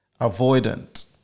avoidant